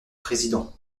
président